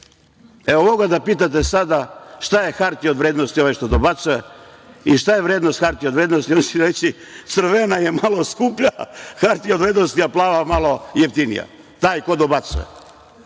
se!)Evo, ovoga da pitate sada šta je hartija od vrednosti, ovaj što dobacuje, i šta je vrednost hartije od vrednosti, on će reći – crvena je malo skuplja hartija od vrednosti, a plava malo jeftinija, taj ko dobacuje.